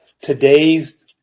today's